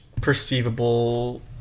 perceivable